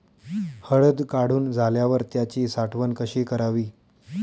हळद काढून झाल्यावर त्याची साठवण कशी करावी?